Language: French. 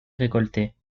récoltée